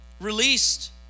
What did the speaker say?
released